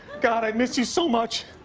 god, i miss you so much.